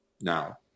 now